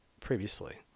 previously